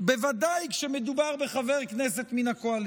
בוודאי כשמדובר בחבר כנסת מן הקואליציה.